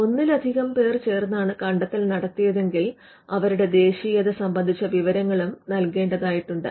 ഒന്നിലധികം പേര് ചേർന്നാണ് കണ്ടെത്തൽ നടത്തിയതെങ്കിൽ അവരുടെ ദേശീയത സംബന്ധിച്ച വിവരങ്ങളും നൽകേണ്ടതായിട്ടുണ്ട്